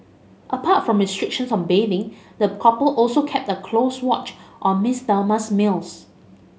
apart from restrictions on bathing the couple also kept a close watch on Miss Thelma's meals